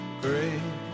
great